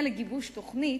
בעניין גיבוש תוכנית: